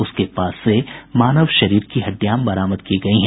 उसके पास से मानव शरीर की हड्डियां बरामद की गयी हैं